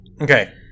Okay